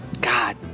God